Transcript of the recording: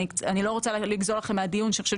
אני לא רוצה לגזול לכם מהדיון שאני חושבת